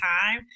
time